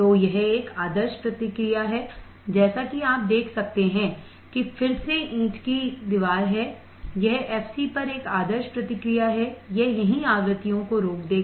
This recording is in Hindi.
तो यह एक आदर्श प्रतिक्रिया है जैसा कि आप देख सकते हैं कि फिर से ईंट की दीवार है यह fc पर एक आदर्श प्रतिक्रिया है यह यहीं आवृत्तियों को रोक देगा